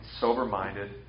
sober-minded